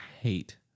hate